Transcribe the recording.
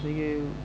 जसे ये